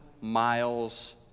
miles